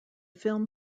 film